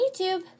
YouTube